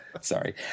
sorry